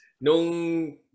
nung